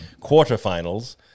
quarterfinals